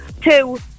Two